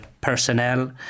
personnel